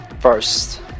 first